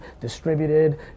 distributed